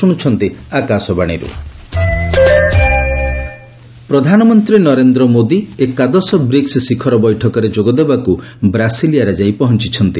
PM ପ୍ରଧାନମନ୍ତ୍ରୀ ନରେନ୍ଦ୍ର ମୋଦି ଏକାଦଶ BRICS ଶିଖର ବୈଠକରେ ଯୋଗଦେବାକୁ ବ୍ରାସିଲିଆରେ ଯାଇ ପହଞ୍ଚ୍ଚନ୍ତି